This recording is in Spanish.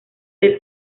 del